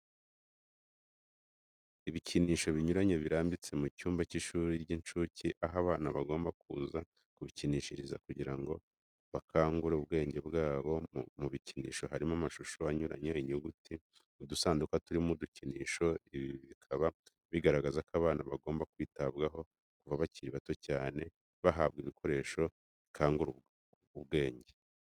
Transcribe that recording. Ibikinisho binyuranye birambitse mu cyumba cy'ishuri ry'inshuke, aho abana bagomba kuza kubikinishiriza kugira ngo bakangure ubwenge bwabo, mu bikinisho harimo amashusho anyuranye, inyuguti, udusanduku turimo udukinisho, ibi bikaba bigaragaza ko abana bagomba kwitabwaho kuva bakiri bato cyane, bahabwa ibikoresho bikangura ubwenge.